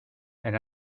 elle